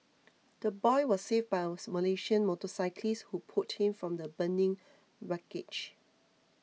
the boy was saved by a Malaysian motorcyclist who pulled him from the burning wreckage